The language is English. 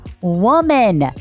woman